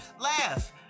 Laugh